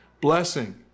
blessing